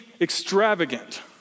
extravagant